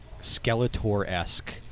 Skeletor-esque